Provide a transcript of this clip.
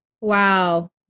Wow